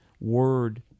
word